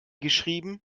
geschrieben